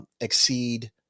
exceed